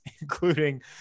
including